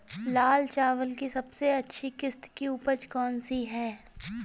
लाल चावल की सबसे अच्छी किश्त की उपज कौन सी है?